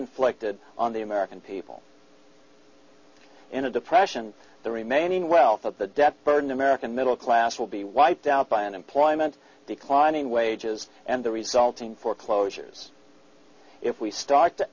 inflicted on the american people in a depression the remaining wealth of the debt burden american middle class will be wiped out by unemployment declining wages and the resulting foreclosures if we start t